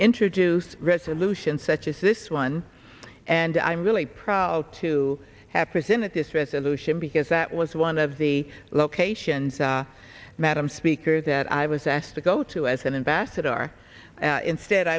introduce resolutions such as this one and i'm really proud to have presented this resolution because that was one of the locations madam speaker that i was asked to go to as an invested or instead